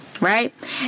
right